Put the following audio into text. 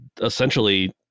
essentially